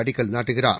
அடிக்கல் நாட்டுகிறார்